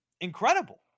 incredible